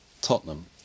Tottenham